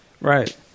Right